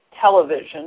television